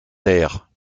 terre